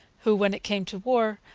who, when it came to war,